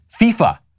FIFA